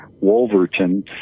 Wolverton